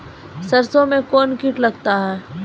सरसों मे कौन कीट लगता हैं?